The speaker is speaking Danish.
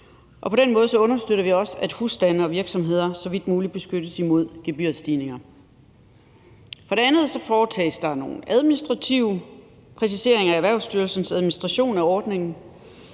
På den måde understøtter vi også, at husstande og virksomheder så vidt muligt beskyttes imod gebyrstigninger. For det andet foretages der nogle administrative præciseringer af Erhvervsstyrelsens administration af ordningen,